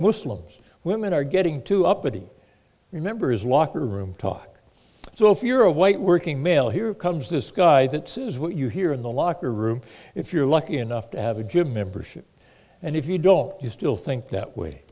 muslims women are getting too uppity remember is locker room talk so if you're a white working male here comes this guy that says what you hear in the locker room if you're lucky enough to have a gym membership and if you don't you still think that way